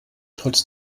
trotz